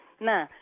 Nah